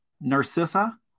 Narcissa